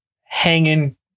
hanging